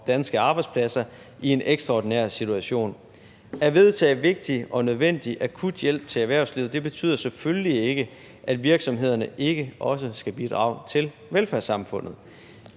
danske arbejdspladser i en ekstraordinær situation. At vedtage vigtig og nødvendig akut hjælp til erhvervslivet betyder selvfølgelig ikke, at virksomhederne ikke også skal bidrage til velfærdssamfundet.